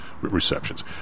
receptions